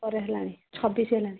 ପରେ ହେଲାଣି ଛବିଶି ହେଲାଣି